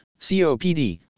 COPD